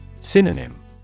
Synonym